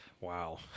Wow